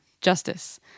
justice